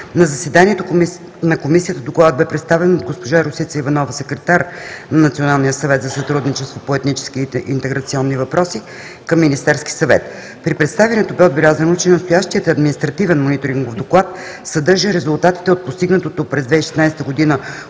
На заседанието на Комисията Докладът бе представен от госпожа Росица Иванова – секретар на Националния съвет за сътрудничество по етнически и интеграционни въпроси към Министерския съвет. При представянето бе отбелязано, че настоящият Административен мониторингов доклад съдържа резултатите от постигнатото през 2016 г.